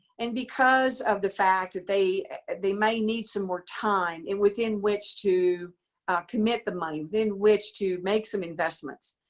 and because of the fact that they they may need some more time and within which to commit the money, within which to make some investments,